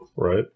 Right